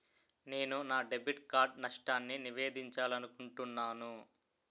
నేను నా debit card నష్టాన్ని నివేదించాలనుకుంటున్నాను